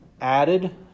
Added